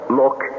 look